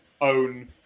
own